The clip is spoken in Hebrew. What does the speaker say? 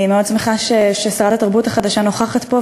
אני מאוד שמחה ששרת התרבות החדשה נוכחת פה,